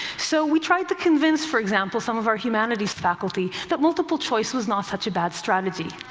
so we tried to convince, for example, some of our humanities faculty that multiple choice was not such a bad strategy.